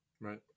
Right